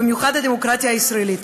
במיוחד הדמוקרטיה הישראלית,